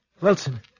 Wilson